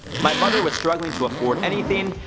my mother was struggling to afford anything,